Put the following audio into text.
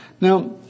Now